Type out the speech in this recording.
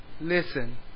Listen